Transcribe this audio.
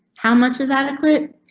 how much is adequate?